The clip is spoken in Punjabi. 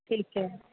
ਠੀਕ ਹੈ